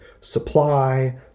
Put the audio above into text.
Supply